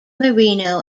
marino